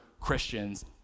Christians